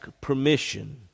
permission